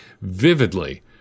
vividly